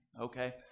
okay